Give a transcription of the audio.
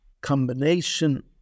combination